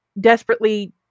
desperately